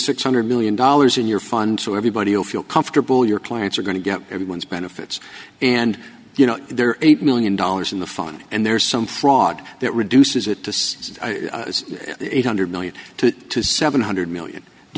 six hundred million dollars in your fund to everybody you feel comfortable your clients are going to get everyone's benefits and you know there are eight million dollars in the phone and there's some fraud that reduces it to six one hundred million to seven hundred million do